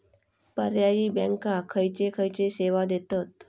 पर्यायी बँका खयचे खयचे सेवा देतत?